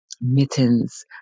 mittens